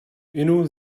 inu